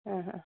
ആ ഹാ